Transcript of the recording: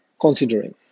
considering